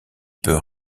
peut